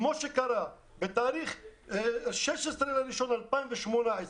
כמו שקרה ב-16 בינואר 2018,